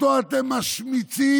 אותו אתם משמיצים.